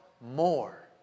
more